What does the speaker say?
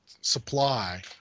supply